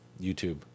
youtube